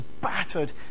battered